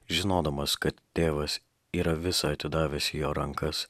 žinodamas kad tėvas yra visa atidavęs į jo rankas